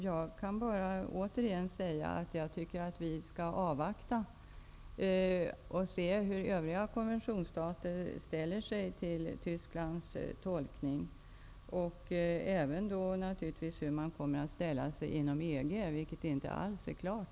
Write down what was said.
Jag tycker att vi skall avvakta och se hur övriga konventionsstater ställer sig till Tysklands tolkning. Det gäller även hur EG kommer att ställa sig till frågan -- vilket inte alls är klart.